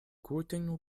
curtain